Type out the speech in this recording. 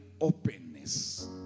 openness